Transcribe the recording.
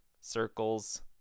circles